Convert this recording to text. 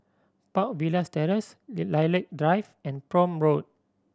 Park Villas Terrace Lilac Drive and Prome Road